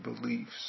beliefs